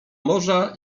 morza